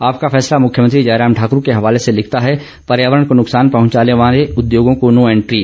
आपका फैसला मुख्यमंत्री जयराम ठाकूर के हवाले से लिखता है पर्यावरण को नुकसान पहुंचाने वाले उद्योगों को नो एंट्री